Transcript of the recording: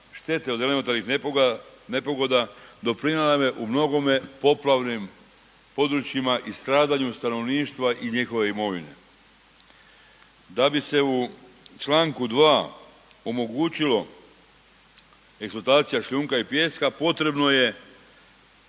štete od elementarnih nepogoda, doprinijela nam je u mnogome poplavljenim područjima i stradanju stanovništva i njihove imovine. Da bi se u Članku 2. omogućilo eksploatacija šljunka i pijeska potrebno je